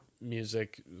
music